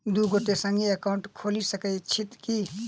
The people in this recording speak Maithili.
दु गोटे संगहि एकाउन्ट खोलि सकैत छथि की?